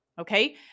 okay